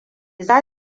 za